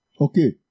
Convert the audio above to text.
Okay